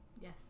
Yes